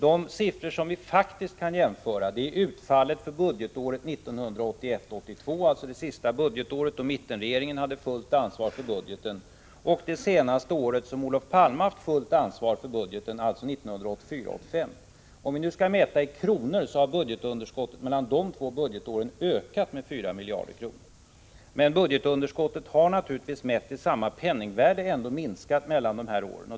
De siffror som vi faktiskt kan jämföra är utfallet budgetåret 1981 85. Om vi skall mäta i kronor har budgetunderskottet mellan de två budgetåren ökat med 4 miljarder kronor, men budgetunderskottet har naturligtvis mätt i samma penningvärde ändå minskat mellan de här åren.